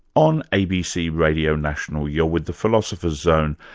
on abc radio national, you're with the philosopher's zone,